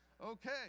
Okay